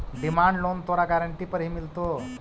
demand loan तोरा guarantee पर ही मिलतो